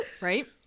Right